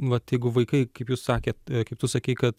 vat jeigu vaikai kaip jūs sakėt kaip tu sakei kad